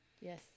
Yes